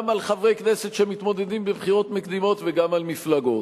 גם על חברי כנסת שמתמודדים בבחירות מקדימות וגם על מפלגות?